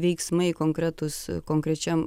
veiksmai konkretus konkrečiam